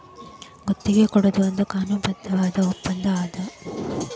ಗುತ್ತಿಗಿ ಕೊಡೊದು ಒಂದ್ ಕಾನೂನುಬದ್ಧವಾದ ಒಪ್ಪಂದಾ ಅದ